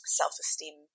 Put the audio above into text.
self-esteem